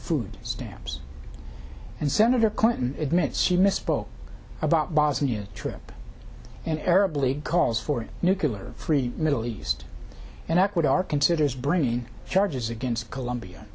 food stamps and senator clinton admits she misspoke about bosnia trip an arab league calls for nucular free middle east and ecuador considers brain charges against colombia